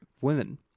women